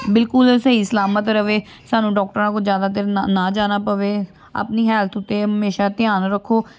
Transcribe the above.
ਬਿਲਕੁਲ ਸਹੀ ਸਲਾਮਤ ਰਹੇ ਸਾਨੂੰ ਡੋਕਟਰਾਂ ਕੋਲ ਜ਼ਿਆਦਾ ਦੇਰ ਨਾ ਨਾ ਜਾਣਾ ਪਵੇ ਆਪਣੀ ਹੈਲਥ ਉੱਤੇ ਹਮੇਸ਼ਾ ਧਿਆਨ ਰੱਖੋ